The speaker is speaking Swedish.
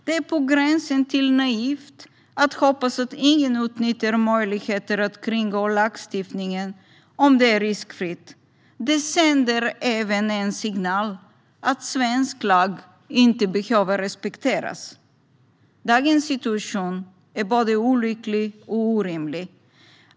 Det är på gränsen till naivt att hoppas att ingen utnyttjar möjligheter att kringgå lagstiftningen, om det är riskfritt, Det sänder även en signal om att svensk lag inte behöver respekteras. Dagens situation är både olycklig och orimlig.